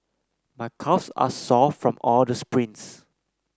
my calves are sore from all the sprints